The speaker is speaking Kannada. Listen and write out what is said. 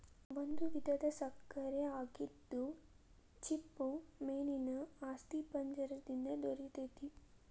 ಒಂದು ವಿಧದ ಸಕ್ಕರೆ ಆಗಿದ್ದು ಚಿಪ್ಪುಮೇನೇನ ಅಸ್ಥಿಪಂಜರ ದಿಂದ ದೊರಿತೆತಿ